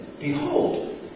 behold